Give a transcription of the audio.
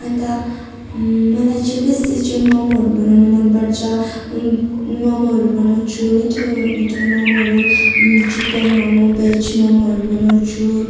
अन्त मलाई चाहिँ बेसी चाहिँ ममहरू बनाउनु मन पर्छ ममहरू बनाउँछु मिठो मिठो ममहरू चिकन मम भेज ममहरू बनाउँछु